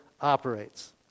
operates